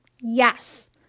Yes